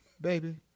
Baby